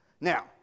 Now